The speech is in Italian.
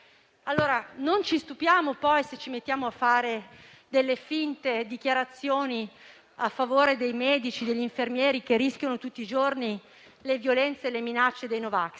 Non ci stupiamo poi se ci mettiamo a fare finte dichiarazioni a favore dei medici e degli infermieri che rischiano tutti i giorni le violenze e le minacce dei no vax.